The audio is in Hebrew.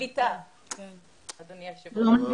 קליטה, אדוני היושב ראש.